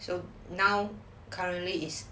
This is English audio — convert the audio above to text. so now currently is